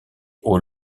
aux